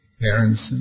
parents